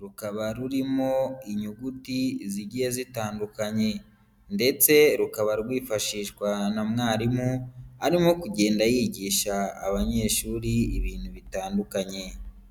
rukaba rurimo inyuguti zigiye zitandukanye ndetse rukaba rwifashishwa na mwarimu, arimo kugenda yigisha abanyeshuri ibintu bitandukanye.